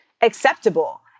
acceptable